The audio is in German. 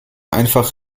einfach